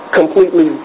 completely